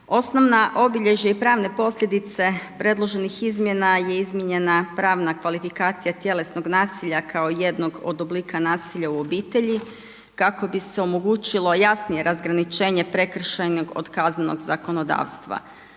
Osnovno obilježje i pravne posljedice predloženih izmjena je izmijenjena pravna kvalifikacija tjelesnog nasilja kao jednog od oblika nasilja u obitelji kako bi se omogućilo jasnije razgraničenje prekršajnog od kaznenog zakonodavstva.